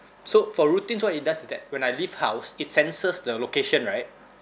so for routines what it does is that when I leave house it senses the location right